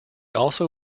also